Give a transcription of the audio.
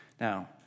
Now